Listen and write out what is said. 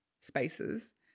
spaces